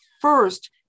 first